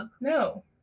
No